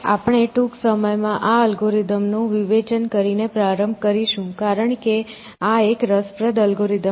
આપણે ટૂંક સમયમાં આ અલ્ગોરિધમ નું વિવેચન કરીને પ્રારંભ કરીશું કારણ કે આ એક રસપ્રદ અલ્ગોરિધમ છે